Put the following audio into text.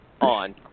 On